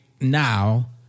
now